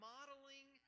Modeling